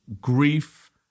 grief